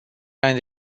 and